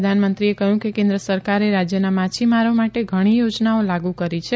પ્રધાનમંત્રીએ કહ્યું કે કેન્દ્ર સરકારે રાજયના માછીમારો માટે ઘણી યોજનાઓ લાગુ કરી છે